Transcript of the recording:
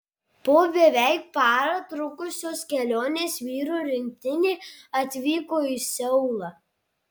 po beveik parą trukusios kelionės vyrų rinktinė atvyko į seulą